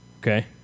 Okay